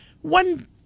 One